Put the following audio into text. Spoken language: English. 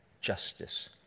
justice